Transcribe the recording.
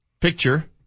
picture